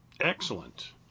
Excellent